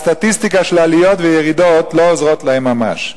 הסטטיסטיקה של עליות וירידות לא עוזרת להם ממש.